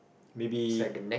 maybe